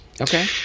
okay